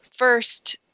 first